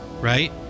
Right